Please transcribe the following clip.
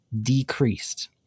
decreased